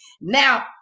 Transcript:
Now